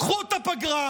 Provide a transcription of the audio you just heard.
קחו את הפגרה,